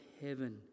heaven